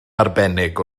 arbennig